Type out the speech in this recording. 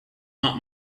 not